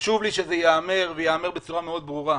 חשוב לי שייאמר, וייאמר בצורה מאוד ברורה,